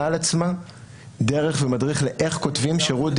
על עצמה דרך ומדריך לאיך כותבים שירות דיגיטלי.